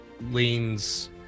leans